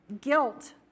Guilt